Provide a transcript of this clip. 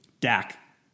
Dak